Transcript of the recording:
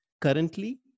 Currently